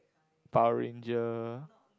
Power-Ranger